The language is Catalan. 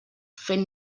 fent